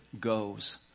goes